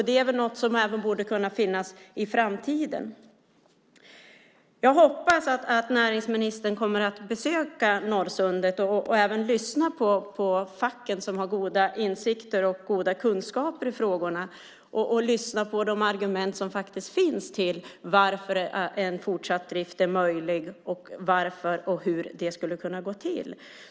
Det är något som borde kunna finnas även i framtiden. Jag hoppas att näringsministern kommer att besöka Norrsundet, lyssna på facken som har goda insikter och kunskaper i frågorna och lyssna på de argument som finns för att en fortsatt drift är möjlig och varför och hur det skulle kunna gå till.